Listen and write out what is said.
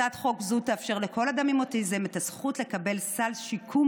הצעת חוק זו תאפשר לכל אדם עם אוטיזם את הזכות לקבל סל שיקום,